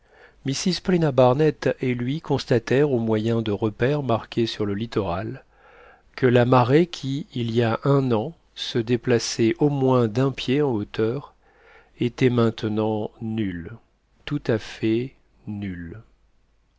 mrs paulina barnett et lui constatèrent au moyen de repères marqués sur le littoral que la marée qui il y a un an se déplaçait au moins d'un pied en hauteur était maintenant nulle tout à fait nulle